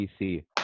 PC